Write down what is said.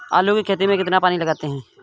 आलू की खेती में कितना पानी लगाते हैं?